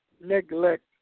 neglect